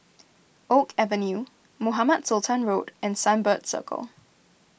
Oak Avenue Mohamed Sultan Road and Sunbird Circle